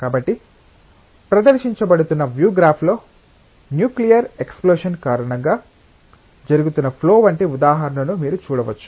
కాబట్టి ప్రదర్శించబడుతున్న వ్యూ గ్రాఫ్లో న్యూక్లియర్ ఎక్సప్లోషన్ కారణంగా జరుగుతున్న ఫ్లో వంటి ఉదాహరణను మీరు చూడవచ్చు